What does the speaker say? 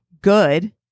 Good